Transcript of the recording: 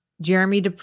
Jeremy